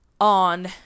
on